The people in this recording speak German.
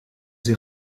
sie